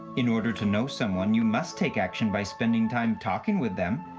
in order to know someone you must take action by spending time talking with them.